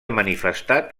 manifestat